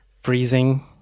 freezing